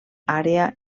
àrea